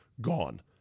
gone